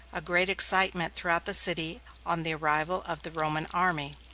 a great excitement throughout the city on the arrival of the roman army.